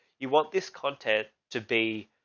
you want this content to be